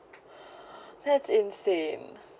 that's insane